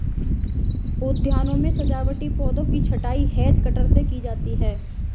उद्यानों में सजावटी पौधों की छँटाई हैज कटर से की जाती है